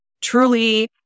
truly